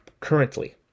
currently